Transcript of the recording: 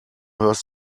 hörst